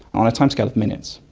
on a timescale of minutes.